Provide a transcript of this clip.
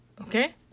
Okay